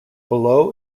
below